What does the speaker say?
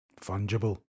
Fungible